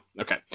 Okay